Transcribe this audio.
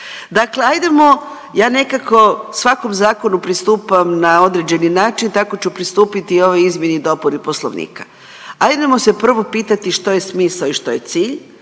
Dakle, ajdemo, ja nekako svakom zakonu pristupam na određeni način tako ću pristupiti i ovoj izmjeni i dopuni Poslovnika. Ajdemo se prvo pitati što je smisao i što je cilj,